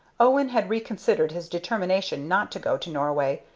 owen had reconsidered his determination not to go to norway,